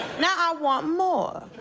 now, i want more.